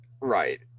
right